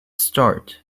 start